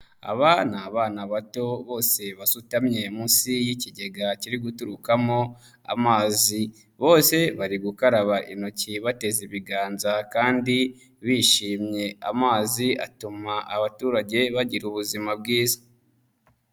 Aba ni abana bato bose basutamye munsi y'ikigega kiri guturukamo amazi, bose bari gukaraba intoki bateze ibiganza kandi bishimye, amazi atuma abaturage bagira ubuzima bwiza.